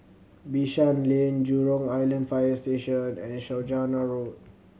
Bishan Lane Jurong Island Fire Station and Saujana Road